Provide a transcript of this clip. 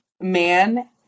man